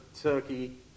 turkey